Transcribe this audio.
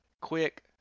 Quick